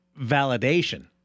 validation